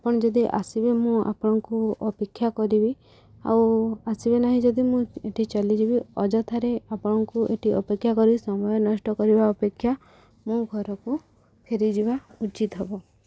ଆପଣ ଯଦି ଆସିବେ ମୁଁ ଆପଣଙ୍କୁ ଅପେକ୍ଷା କରିବି ଆଉ ଆସିବେ ନାହିଁ ଯଦି ମୁଁ ଏଠି ଚାଲିଯିବି ଅଯଥାରେ ଆପଣଙ୍କୁ ଏଠି ଅପେକ୍ଷା କରି ସମୟ ନଷ୍ଟ କରିବା ଅପେକ୍ଷା ମଁ ଘରକୁ ଫେରିଯିବା ଉଚିତ୍ ହେବ